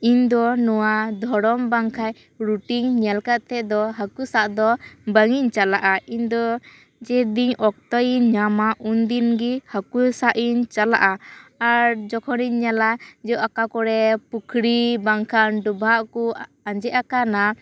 ᱤᱧ ᱫᱚ ᱱᱚᱣᱟ ᱫᱷᱚᱨᱚᱱ ᱵᱟᱝᱠᱷᱟᱱ ᱨᱩᱴᱤᱝ ᱧᱮᱞ ᱠᱟᱛᱮᱜ ᱫᱚ ᱦᱟᱹᱠᱩ ᱥᱟᱵ ᱫᱚ ᱵᱟᱝ ᱤᱧ ᱪᱟᱞᱟᱜᱼᱟ ᱤᱧ ᱫᱚ ᱡᱮᱫᱤᱱ ᱚᱠᱛᱚ ᱤᱧ ᱧᱟᱢᱟ ᱩᱱᱫᱤᱱ ᱜᱤ ᱦᱟᱹᱠᱩ ᱥᱟᱵ ᱤᱧ ᱪᱟᱞᱟᱜᱼᱟ ᱟᱨ ᱡᱚᱠᱷᱚᱱ ᱤᱧ ᱧᱮᱞᱟ ᱚᱠᱟ ᱠᱚᱨᱮ ᱯᱷᱩᱠᱷᱨᱤ ᱵᱟᱝᱠᱷᱟᱱ ᱰᱩᱵᱷᱟᱜ ᱠᱚ ᱟᱸᱡᱮᱫ ᱟᱠᱟᱱᱟ